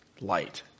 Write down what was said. light